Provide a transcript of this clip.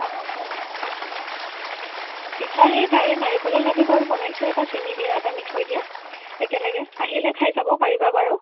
পিঠাহে তাৰে নাৰিকলৰ লাডু বাৰু বনাইছে এটা চেনী দিয়া এটা মিঠৈ দিয়া একেলগে আহিলে খাই চাব পাৰিবা বাৰু